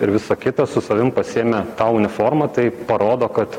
ir visa kita su savim pasiėmė tą uniformą tai parodo kad